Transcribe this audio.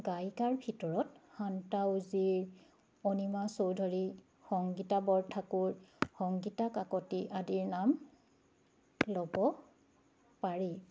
গায়িকাৰ ভিতৰত শান্তা উজীৰ অনিমা চৌধুৰী সংগীতা বৰঠাকুৰ সংগীতা কাকতি আদিৰ নাম ল'ব পাৰি